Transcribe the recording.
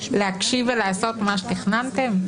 להקשיב ולעשות מה שתכננתם?